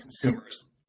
consumers